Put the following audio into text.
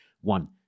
one